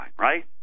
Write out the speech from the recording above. right